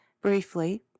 briefly